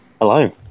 Hello